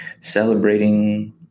celebrating